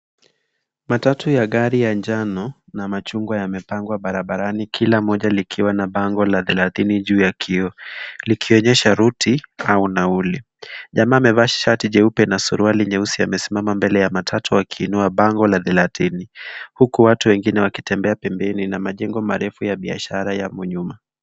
Matatu ya rangi ya njano na machungwa yamepangwa barabarani kila moja likiwa na bango la thelathini juu ya kioo, likionyesha ruti au nauli. Jamaa amevaa shati jeupe na suruali nyeusi, amesimama mbele ya matatu akiinua bango la thelathini huku watu wengine wakitembea pembeni na majengo marefu ya biashara yamo nyuma.